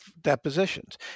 depositions